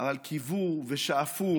אבל קיוו ושאפו